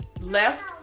left